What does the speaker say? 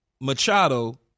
Machado